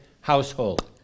Household